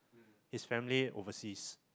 his family overseas